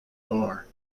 bar